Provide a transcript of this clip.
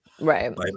Right